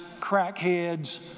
crackheads